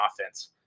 offense